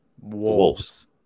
Wolves